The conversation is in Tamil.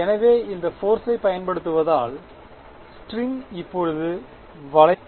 எனவே இந்த போர்சை பயன்படுத்துவதால் ஸ்ட்ரிங் இப்போது வளைந்துவிட்டது